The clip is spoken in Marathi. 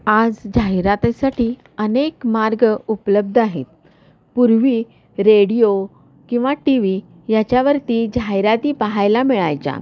आज जाहिरातीसाठी अनेक मार्ग उपलब्ध आहेत पूर्वी रेडिओ किंवा टी व्ही याच्यावरती जाहिराती पाहायला मिळायच्या